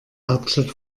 hauptstadt